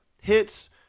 hits –